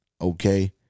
Okay